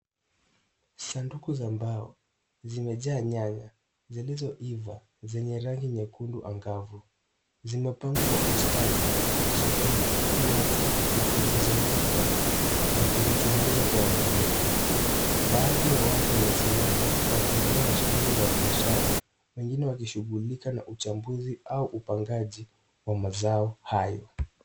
Sanduku za mbao zimejaa nyanya zilizoiva zenye rangi nyekundu angavu. Zimepangwa kwa ustadi sokoni huku watu wakizizunguka wakizichunguza kwa uangalifu. Baadhi ya watu wamesimama wakiendelea na shughuli za biashara, wengine wakishughulika na uchambuzi au upangaji wa mazao hayo.